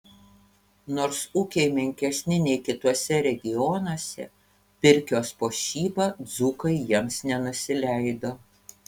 nors ūkiai menkesni nei kituose regionuose pirkios puošyba dzūkai jiems nenusileido